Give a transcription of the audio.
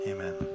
Amen